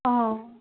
অঁ